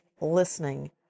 listening